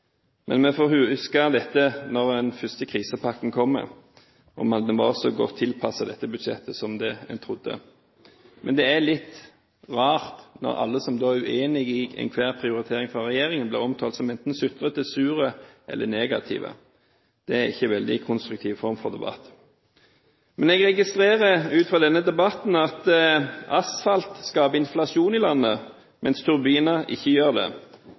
men vi får huske dette når den første krisepakken kommer, om den var så godt tilpasset dette budsjettet som det en trodde. Men det er litt rart når alle som er uenig i enhver prioritering fra regjeringen, blir omtalt som enten sutrete, sure eller negative. Det er ikke en veldig konstruktiv form for debatt. Jeg registrerer ut fra denne debatten at asfalt skaper inflasjon i landet, mens turbiner ikke gjør det.